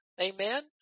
Amen